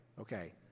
Okay